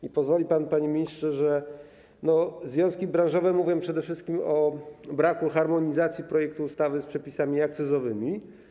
I pozwoli pan, panie ministrze, że powiem: związki branżowe mówią przede wszystkim o braku harmonizacji projektu ustawy z przepisami akcyzowymi.